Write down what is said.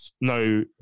no